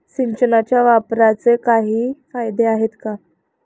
सिंचनाच्या वापराचे काही फायदे आहेत का?